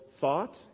thought